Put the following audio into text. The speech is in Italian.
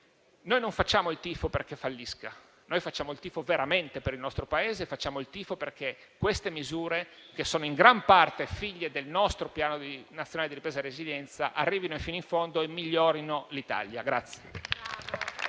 Noi non facciamo il tifo perché fallisca. Noi facciamo il tifo veramente per il nostro Paese e facciamo il tifo perché queste misure, che sono in gran parte figlie del nostro Piano nazionale di ripresa e resilienza, arrivino fino in fondo e migliorino l'Italia.